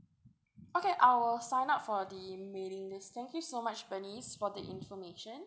okay I will sign up for the mailing list thank you so much bernice for the information